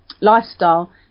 lifestyle